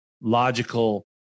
logical